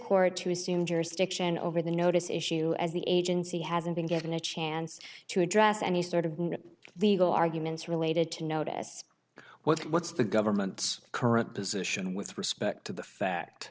court to assume jurisdiction over the notice issue as the agency hasn't been given a chance to address any sort of legal arguments related to notice what's the government's current position with respect to the fact